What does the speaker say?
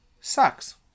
sucks